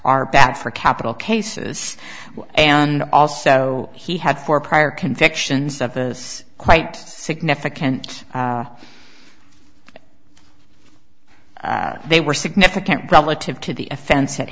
are bad for capital cases and also he had four prior convictions of the quite significant they were significant relative to the offense at